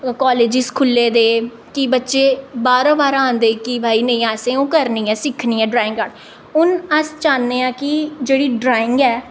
कालजिस खु'ल्ले दे कि बच्चे बाह्रां बाह्रां औंदे कि भाई नेईं असें ओह् करनी ऐ सिक्खनी ऐ ड्राइंग आर्ट हून अस चाह्न्ने आं कि जेह्ड़ी ड्राइंग ऐ